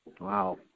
Wow